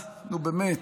נו, באמת.